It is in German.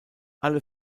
alle